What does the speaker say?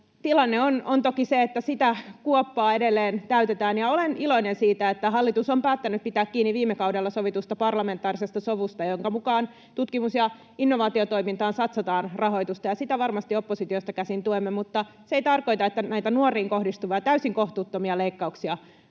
Tilanne on toki se, että sitä kuoppaa edelleen täytetään, ja olen iloinen siitä, että hallitus on päättänyt pitää kiinni viime kaudella sovitusta parlamentaarisesta sovusta, jonka mukaan tutkimus- ja innovaatiotoimintaan satsataan rahoitusta, ja sitä varmasti oppositiosta käsin tuemme. Mutta se ei tarkoita, että näitä nuoriin kohdistuvia täysin kohtuuttomia leikkauksia